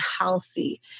healthy